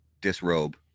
disrobe